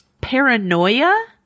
paranoia